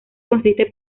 consiste